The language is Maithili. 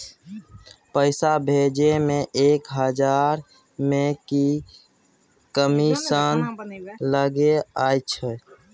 पैसा भैजे मे एक हजार मे की कमिसन लगे अएछ?